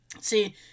see